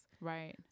right